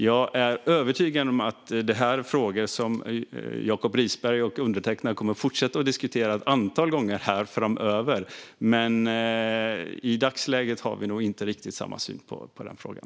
Jag är övertygad om att det här är frågor som Jacob Risberg och undertecknad kommer att fortsätta att diskutera ett antal gånger framöver. Men i dagsläget har vi nog inte samma syn på den frågan.